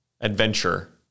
adventure